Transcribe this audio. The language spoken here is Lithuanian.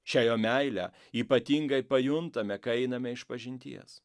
šią jo meilę ypatingai pajuntame kai einame išpažinties